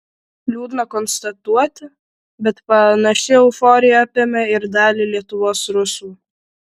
liūdna konstatuoti bet panaši euforija apėmė ir dalį lietuvos rusų